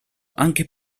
anche